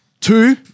Two